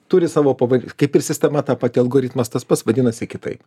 turi savo pava kaip ir sistema ta pati algoritmas tas pats vadinasi kitaip